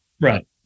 right